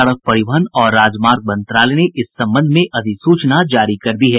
सड़क परिवहन और राजमार्ग मंत्रालय ने इस संबंध में अधिसूचना जारी कर दी है